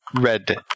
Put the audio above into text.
red